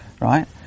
right